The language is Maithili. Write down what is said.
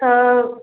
तब